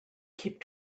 keep